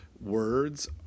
words